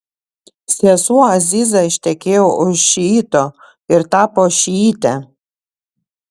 sesuo aziza ištekėjo už šiito ir tapo šiite